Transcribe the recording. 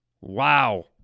Wow